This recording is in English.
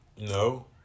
No